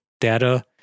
data